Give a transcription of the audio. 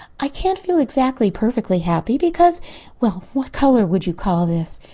i can't feel exactly perfectly happy because well, what color would you call this?